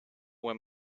where